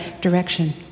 direction